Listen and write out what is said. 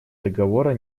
договора